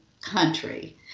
country